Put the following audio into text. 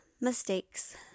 mistakes